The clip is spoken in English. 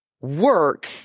work